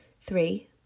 Three